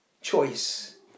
choice